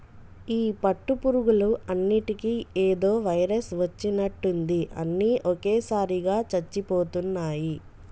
ఈ పట్టు పురుగులు అన్నిటికీ ఏదో వైరస్ వచ్చినట్టుంది అన్ని ఒకేసారిగా చచ్చిపోతున్నాయి